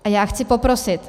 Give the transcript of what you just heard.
A chci poprosit.